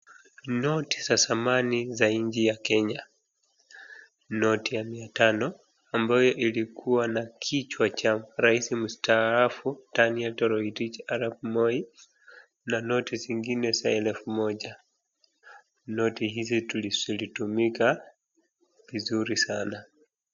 Noti za zamani za nchi ya Kenya, noti ya mia tano ambayo ilikua na kichwa cha rais mustaafu Daniel Toroitich arap Moi na noti zingine za elfu moja. Noti hizi zilitumika vizuri sana.